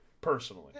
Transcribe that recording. personally